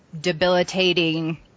debilitating